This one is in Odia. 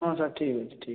ହଁ ସାର୍ ଠିକ୍ ଅଛି ଠିକ୍ ଅଛି